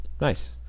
Nice